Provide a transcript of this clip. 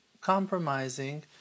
compromising